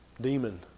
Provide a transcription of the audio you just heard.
demon